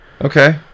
Okay